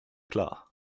klar